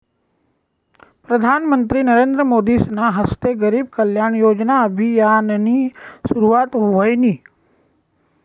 प्रधानमंत्री नरेंद्र मोदीसना हस्ते गरीब कल्याण योजना अभियाननी सुरुवात व्हयनी